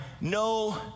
no